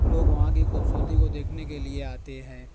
لوگ وہاں کی خوبصورتی کو دیکھنے کے لیے آتے ہیں